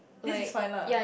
this is fine lah